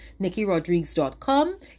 NikkiRodrigues.com